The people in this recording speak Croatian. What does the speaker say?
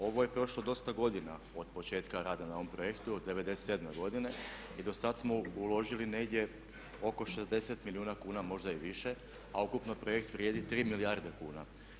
Ovo je prošlo dosta godina od početka rada na ovom projektu od '97. godine i do sada smo uložili negdje oko 60 milijuna kuna a možda i više a ukupni projekt vrijedi 3 milijarde kuna.